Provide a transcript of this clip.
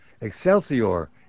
Excelsior